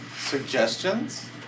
suggestions